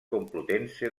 complutense